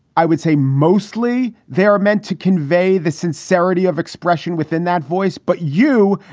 i would say mostly they are meant to convey the sincerity of expression within that voice. but you,